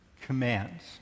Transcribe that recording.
commands